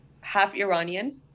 half-Iranian